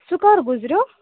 سُہ کر گُزریو